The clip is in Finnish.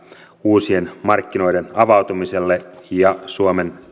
uusien markkinoiden avautumiselle ja suomen